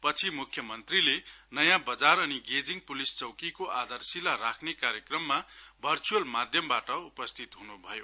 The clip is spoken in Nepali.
पछि मुख्यमन्त्रीले नयाँ बजार अनि गेजिङ पुलिस चौकीको आधारशिला राख्ने कार्यक्रममा भर्च्अल माध्यमबाट उपस्थित ह्नु भयो